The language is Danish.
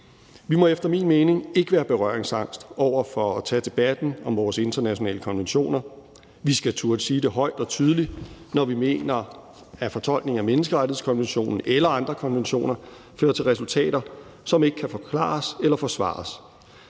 Vi må efter min mening ikke have berøringsangst i forhold til at tage debatten om vores internationale konventioner. Vi skal turde sige det højt og tydeligt, når vi mener, at fortolkningen af menneskerettighedskonventionen eller andre konventioner fører til resultater, som ikke kan forklares eller forsvares.